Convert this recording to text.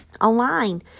online